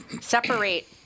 separate